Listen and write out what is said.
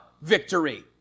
victory